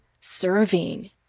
serving